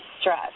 stress